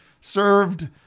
served